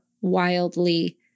wildly